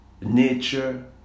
Nature